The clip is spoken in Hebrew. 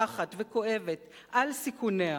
מפוכחת וכואבת, על סיכוניה,